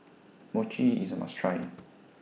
Mochi IS A must Try